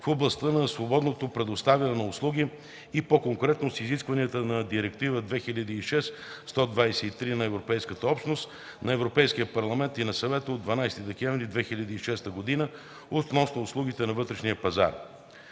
в областта на свободното предоставяне на услуги и по-конкретно с изискванията на Директива 2006/123/ЕО на Европейския парламент и на Съвета от 12 декември 2006 година относно услугите на вътрешния пазар.